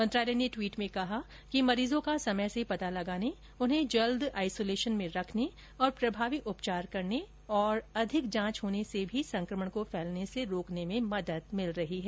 मंत्रालय ने ट्वीट र्मे कहा है कि मरीजों का समय से पता लगाने उन्हें शीघ्र आइसोलेशन में रखने और प्रभावी उपचार करने तथा अधिक जांच होने से भी संकमण को फैलने से रोकने में मदद मिल रही है